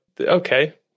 okay